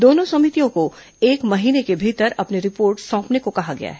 दोनों समितियों को एक महीने के भीतर अपनी रिपोर्ट सौंपने कहा गया है